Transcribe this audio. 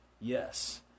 Yes